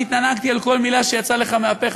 ואני התענגתי על כל מילה שיצאה לך מהפה,